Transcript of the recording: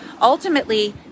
Ultimately